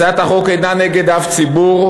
הצעת החוק אינה נגד אף ציבור,